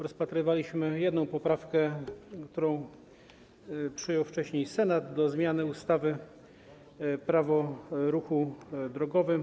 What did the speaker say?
Rozpatrywaliśmy jedną poprawkę, którą przyjął wcześniej Senat do zmiany ustawy - Prawo o ruchu drogowym.